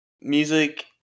music